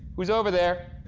who's over there?